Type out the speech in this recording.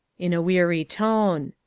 in a weary tone.